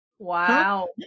Wow